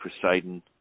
Poseidon